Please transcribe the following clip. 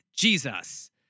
Jesus